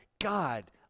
God